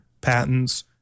patents